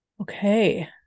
okay